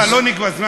מה, הזמן נגמר?